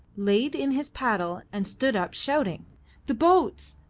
laid in his paddle and stood up shouting the boats!